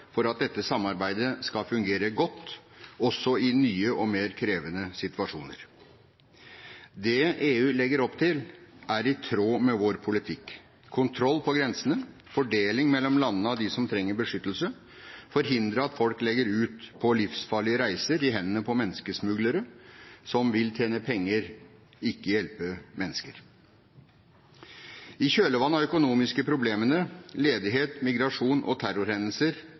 for at dette samarbeidet skal fungere godt, også i nye og mer krevende situasjoner. Det EU legger opp til, er i tråd med vår politikk: kontroll på grensene, fordeling mellom landene av dem som trenger beskyttelse, å forhindre at folk legger ut på livsfarlige reiser i hendene på menneskesmuglere som vil tjene penger, ikke hjelpe mennesker. I kjølvannet av økonomiske problemer, ledighet, migrasjon og terrorhendelser